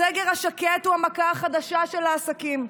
הסגר השקט הוא המכה החדשה של העסקים.